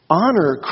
honor